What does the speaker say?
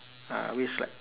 I always like